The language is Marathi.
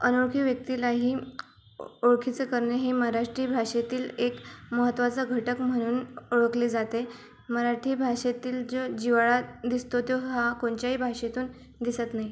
अनोळखी व्यक्तीलाही ओळखीचे करणे हे महाराष्ट्रीय भाषेतील एक महत्त्वाचा घटक म्हणून ओळखले जाते मराठी भाषेतील जो जिव्हाळा दिसतो तो हा कोणच्याही भाषेतून दिसत नाही